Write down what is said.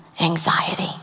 anxiety